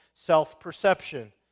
self-perception